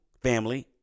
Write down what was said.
Family